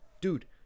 Dude